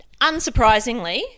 Unsurprisingly